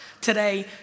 today